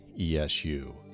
ESU